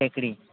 टेकडी